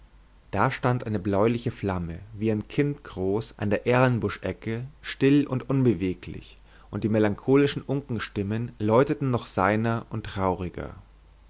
da stand eine bläuliche flamme wie ein kind groß an der erlenbuschecke still und unbeweglich und die melancholischen unkenstimmchen läuteten noch seiner und trauriger